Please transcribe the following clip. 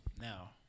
now